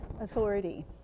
authority